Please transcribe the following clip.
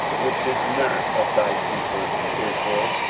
which is not of thy people israel,